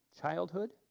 childhood